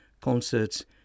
concerts